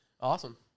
Awesome